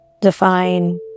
define